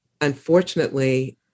unfortunately